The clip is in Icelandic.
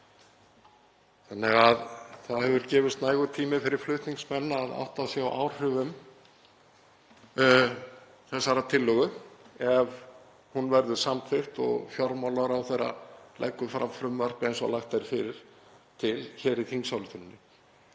þannig að það hefur gefist nægur tími fyrir flutningsmenn að átta sig á áhrifum þessarar tillögu ef hún verður samþykkt og fjármálaráðherra leggur fram frumvarp eins og lagt er til hér í þingsályktunartillögunni,